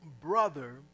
brother